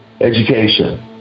education